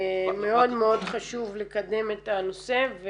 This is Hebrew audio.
מאוד מאוד חשוב לקדם את הנושא.